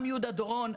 גם יהודה דורון,